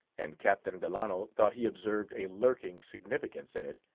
and captain delano thought he observed a lurking significance in it,